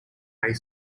high